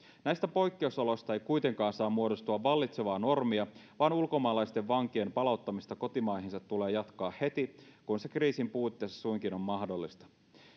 näistä poikkeusoloista ei kuitenkaan saa muodostua vallitsevaa normia vaan ulkomaalaisten vankien palauttamista kotimaihinsa tulee jatkaa heti kun se kriisin puitteissa suinkin on mahdollista